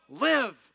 live